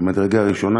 ממדרגה ראשונה,